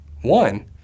One